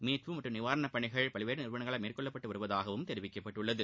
மீட்பு மற்றும் நிவாரணப்பணிகள் பல்வேறு நிறுவனங்களால் மேற்கொள்ளப்பட்டு வருவதாகவும் தெரிவிக்கப்பட்டுள்ளது